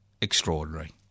extraordinary